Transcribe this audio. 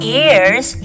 ears